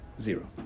zero